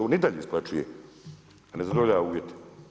On i dalje isplaćuje, a ne zadovoljava uvjete.